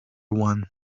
one